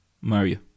Mario